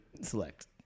select